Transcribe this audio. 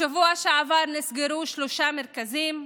בשבוע שעבר נסגרו שלושה מרכזים,